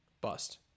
bust